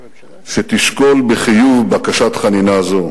שתשקול בחיוב בקשת חנינה זו.